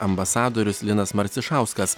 ambasadorius linas marcišauskas